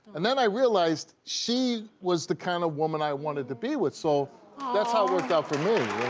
and then i realized she was the kind of woman i wanted to be with so that's how it worked out for me.